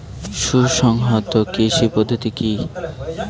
সুসংহত কৃষি পদ্ধতি কি?